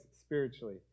spiritually